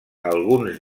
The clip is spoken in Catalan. alguns